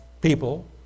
people